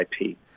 IP